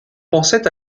pensait